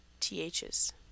THs